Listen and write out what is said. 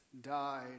died